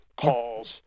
calls